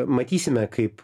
matysime kaip